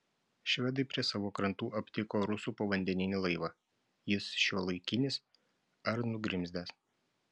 švedai prie savo krantų aptiko rusų povandeninį laivą jis šiuolaikinis ar nugrimzdęs